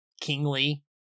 kingly